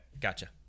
gotcha